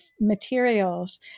materials